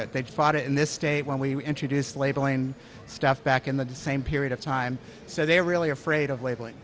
it they've fought it in this state when we introduced labeling stuff back in the same period of time so they're really afraid of label